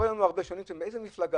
מאיזו מפלגה?